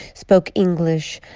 spoke english,